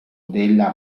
della